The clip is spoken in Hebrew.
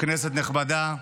כנסת נכבדה,